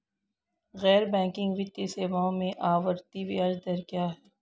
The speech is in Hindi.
गैर बैंकिंग वित्तीय सेवाओं में आवर्ती ब्याज दर क्या है?